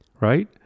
right